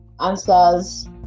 answers